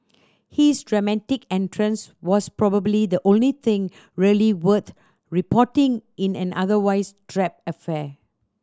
his dramatic entrance was probably the only thing really worth reporting in an otherwise drab affair